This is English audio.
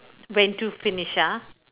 when to finish ah